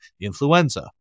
influenza